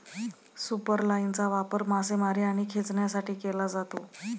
सुपरलाइनचा वापर मासेमारी आणि खेचण्यासाठी केला जातो